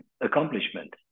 accomplishment